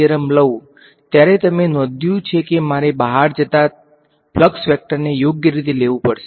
પરંતુ જ્યારે હું વોલ્યુમ 1 માં ડાયવર્જન્સ થીયરમ લઉ ત્યારે તમે નોંધ્યું છે કે મારે બહાર જતા ફ્લક્સ વેક્ટરને યોગ્ય રીતે લેવુ પડશે